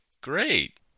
great